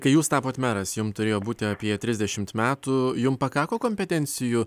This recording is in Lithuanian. kai jūs tapot meras jums turėjo būti apie trisdešimt metų jums pakako kompetencijų